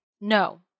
No